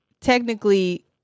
technically